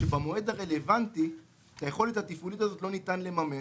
שבמועד הרלוונטי את היכולת התפעולית הזאת לא ניתן לממש